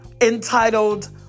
entitled